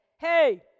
hey